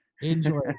Enjoy